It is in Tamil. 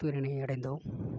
துயரினை அடைந்தோம்